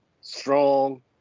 strong